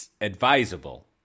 advisable